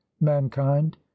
mankind